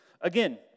Again